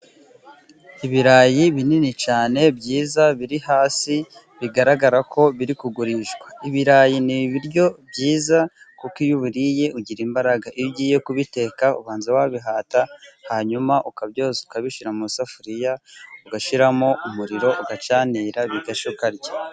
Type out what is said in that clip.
Ibirayi binini cyane byiza biri hasi bigaragarako biri kugurishwa, ibirayi ni ibiryo byiza kuko iyo ubiriye ugira imbaraga. Iyo ugiye kubiteka ubanza wabihata hanyuma ukabyoza ukabishyira mu isafuriya, ugashyiramo umuriro ugacanira bigashya ukarya.